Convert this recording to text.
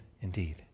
indeed